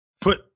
put